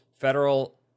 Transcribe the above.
federal